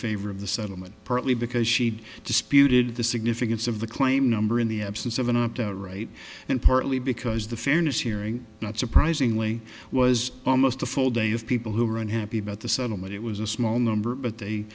favor of the settlement partly because she disputed the significance of the claim number in the absence of an opt out right and partly because the fairness hearing not surprisingly was almost a full day of people who were unhappy about the settlement it was a small number but they